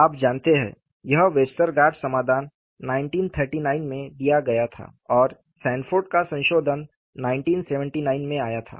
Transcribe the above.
आप जानते हैं यह वेस्टरगार्ड समाधान 1939 में दिया गया था और सैनफोर्ड का संशोधन 1979 में आया था